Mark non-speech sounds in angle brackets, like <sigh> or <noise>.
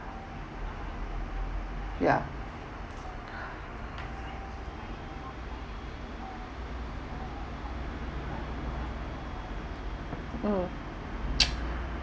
ya mm <noise>